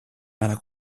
alla